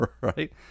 Right